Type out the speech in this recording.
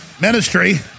Ministry